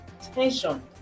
tension